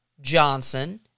Johnson